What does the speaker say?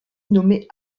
nommé